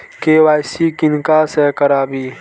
KYC किनका से कराबी?